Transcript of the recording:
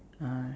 uh